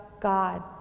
God